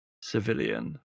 civilian